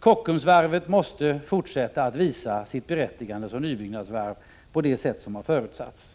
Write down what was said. Kockumsvarvet måste fortsätta att visa sitt berättigande som nybyggnadsvarv på det sätt som har förutsatts.